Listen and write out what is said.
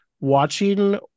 Watching